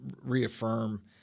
reaffirm